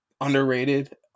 underrated